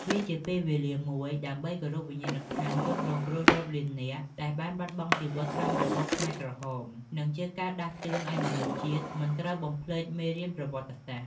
វាជាពេលវេលាមួយ ដើម្បីគោរពវិញ្ញាណក្ខន្ធជនរងគ្រោះរាប់លាននាក់ដែលបានបាត់បង់ជីវិតក្រោមរបបខ្មែរក្រហម និងជាការដាស់តឿនឲ្យមនុស្សជាតិមិនត្រូវបំភ្លេចមេរៀនប្រវត្តិសាស្ត្រ។